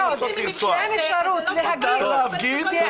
מותר להפגין.